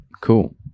Cool